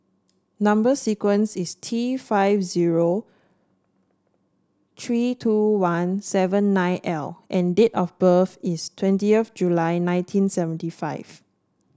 number sequence is T five zero three two one seven nine L and date of birth is twenty of July nineteen seventy five